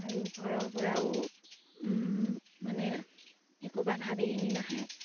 আৰু ঘৰৰপৰাও মানে একো বাধা বিঘিনি নাহে